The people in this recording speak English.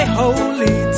holy